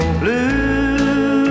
blue